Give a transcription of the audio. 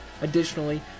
Additionally